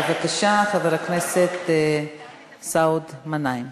בבקשה, חבר הכנסת סעוד מנעים.